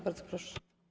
Bardzo proszę.